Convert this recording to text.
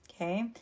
Okay